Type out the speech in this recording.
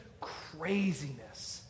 craziness